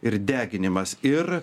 ir deginimas ir